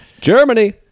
Germany